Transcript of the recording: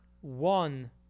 one